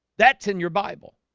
that's in your bible